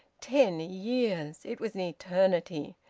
ten years! it was an eternity!